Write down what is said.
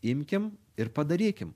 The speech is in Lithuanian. imkim ir padarykim